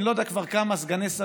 אני כבר לא יודע כמה סגני שרים,